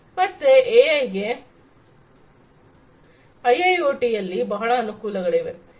ಮತ್ತೆ ಎಐಗೆ ಐಐಒಟಿಯಲ್ಲಿ ಬಹಳ ಅನುಕೂಲತೆಗಳಿವೆ